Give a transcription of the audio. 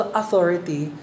authority